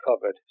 covered